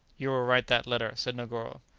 you will write that letter, said negoro.